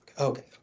Okay